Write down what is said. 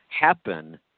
happen